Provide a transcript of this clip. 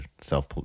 self